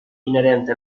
inerente